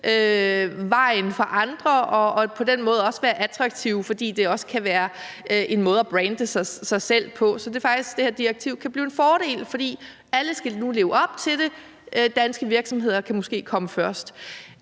vejen for andre og på den måde også være attraktive, fordi det også kan være en måde at brande sig selv på. Så det her direktiv kan faktisk blive en fordel, fordi alle nu skal leve op til det, og danske virksomheder kan måske komme først.